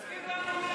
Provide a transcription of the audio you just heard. תזכיר לנו מי,